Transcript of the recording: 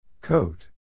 Coat